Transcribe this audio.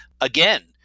Again